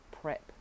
prep